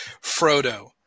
Frodo